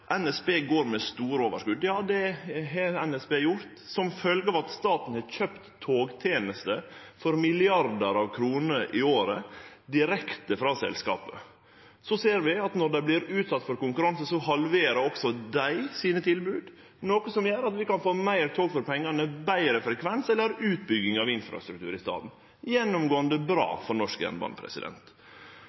staten har kjøpt togtenester for milliardar av kroner i året, direkte frå selskapet. Så ser vi at når dei vert utsette for konkurranse, halverer også dei tilboda sine, noko som gjer at vi kan få meir tog for pengane, betre frekvens eller utbygging av infrastruktur i staden. Det er gjennomgåande bra for norsk jernbane.